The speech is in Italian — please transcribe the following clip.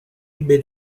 ebbe